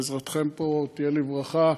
עזרתכם פה תהיה לברכה.